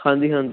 ਹਾਂਜੀ ਹਾਂਜੀ